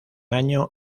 año